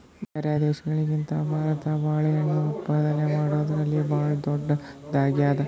ಬ್ಯಾರೆ ದೇಶಗಳಿಗಿಂತ ಭಾರತ ಬಾಳೆಹಣ್ಣು ಉತ್ಪಾದನೆ ಮಾಡದ್ರಲ್ಲಿ ಭಾಳ್ ಧೊಡ್ಡದಾಗ್ಯಾದ